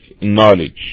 knowledge